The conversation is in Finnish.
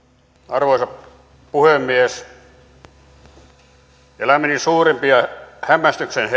puhemies elämäni suurimpia hämmästyksen